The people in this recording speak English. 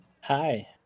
Hi